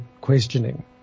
questioning